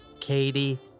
Katie